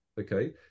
Okay